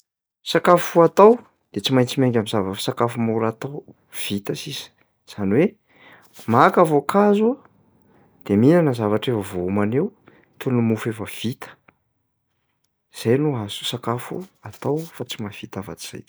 Sakafo atao dia tsy maintsy miainga am'zava- sakafo mora atao, vita sisa. Zany hoe maka voankazo de mihinana zavatra efa voaomana eo toy ny mofo efa vita. Zay no azo sakafo atao fa tsy mahavita afa-tsy zay intsony.